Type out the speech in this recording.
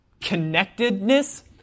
connectedness